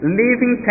living